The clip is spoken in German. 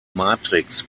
matrix